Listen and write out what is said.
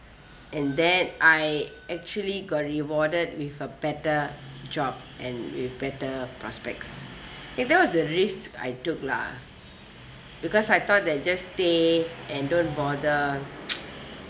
and that I actually got rewarded with a better job and with better prospects eh that was a risk I took lah because I thought that just stay and don't bother